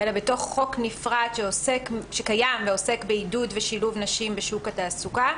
אלא בתוך חוק נפרד שקיים ועוסק בעידוד ושילוב נשים בשוק התעסוקה.